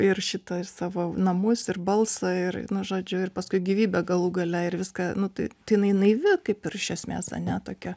ir šitą ir savo namus ir balsą ir žodžiu ir paskui gyvybę galų gale ir viską nu tai tai jinai naivi kaip ir iš esmės ane tokia